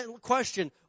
Question